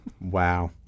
Wow